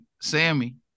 Sammy